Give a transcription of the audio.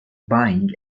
buying